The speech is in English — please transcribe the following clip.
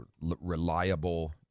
reliable